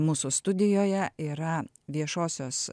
mūsų studijoje yra viešosios